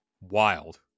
wild